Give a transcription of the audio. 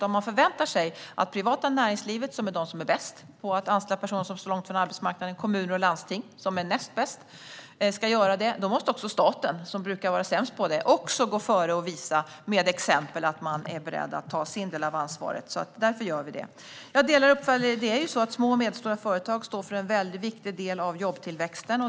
Om man förväntar sig att det privata näringslivet, som är de som är bäst på att anställa personer som står långt ifrån arbetsmarknaden, och kommuner och landsting, som är näst bäst, ska göra detta måste också staten, som brukar vara sämst på det, gå före och visa med ett exempel att man är beredd att ta sin del av ansvaret. Därför gör vi det. Jag delar uppfattningen att små och medelstora företag står för en viktig del av jobbtillväxten.